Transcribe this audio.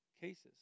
cases